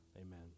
Amen